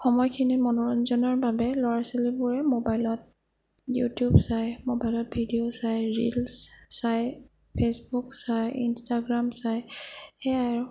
সময়খিনিৰ মনোৰঞ্জনৰ বাবে ল'ৰা ছোৱালীবোৰে ম'বাইলত ইউটিউব চাই ম'বাইলত ভিডিঅ' চায় ৰীল্ছ চাই ফেচবুক চায় ইনষ্ট্ৰাগ্ৰাম চায় সেয়াই আৰু